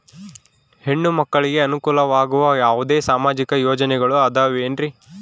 ಹೆಣ್ಣು ಮಕ್ಕಳಿಗೆ ಅನುಕೂಲವಾಗುವ ಯಾವುದೇ ಸಾಮಾಜಿಕ ಯೋಜನೆಗಳು ಅದವೇನ್ರಿ?